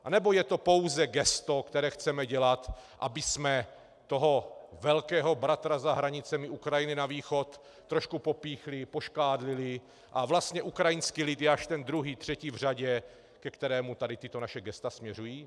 Anebo je to pouze gesto, které chceme dělat, abychom toho velkého bratra za hranicemi Ukrajiny na východ trošku popíchli, poškádlili a vlastně ukrajinský lid je až ten druhý, třetí v řadě, ke kterému tato naše gesta směřují?